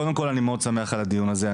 קודם כל אני מאוד שמח על הדיון הזה.